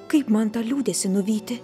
kaip man tą liūdesį nuvyti